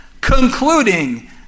concluding